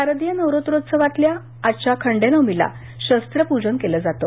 शारदीय नवरात्रोत्सवातल्या आजच्या खंडेनवमीला शस्त्रपूजन केलं जातं